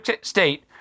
State